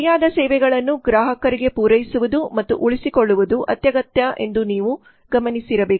ಸರಿಯಾದ ಸೇವೆಗಳನ್ನು ಗ್ರಾಹಕರಿಗೆ ಪೂರೈಸುವುದು ಮತ್ತು ಉಳಿಸಿಕೊಳ್ಳುವುದು ಅತ್ಯಗತ್ಯ ಎಂದು ನೀವು ಗಮನಿಸಿರಬೇಕು